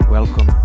Welcome